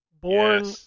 Born